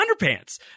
underpants